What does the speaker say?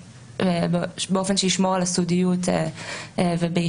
באופן שישמור על הסודיות וביחידות.